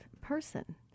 person